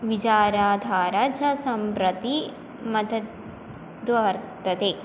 विचाराधारं च सम्प्रति मतद्वर्तते